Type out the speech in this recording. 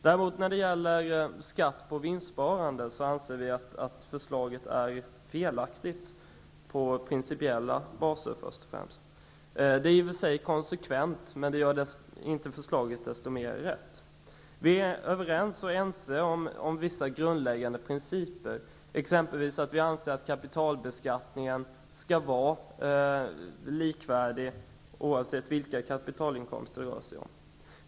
När det däremot gäller skatt på vinstsparande anser vi att förslaget är felaktigt, främst på principiella grunder. Det är i och för sig konsekvent, men det gör det inte mer rätt. Vi är överens om vissa grundläggande principer, exempelvis att kapitalbeskattningen skall vara likvärdig oavsett vilka kapitalinkomster det rör sig om.